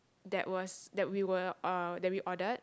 that was that we were uh that we ordered